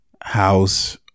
house